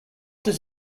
does